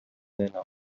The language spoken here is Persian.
نماز